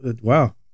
Wow